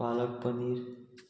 palak paneer